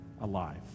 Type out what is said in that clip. alive